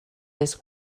this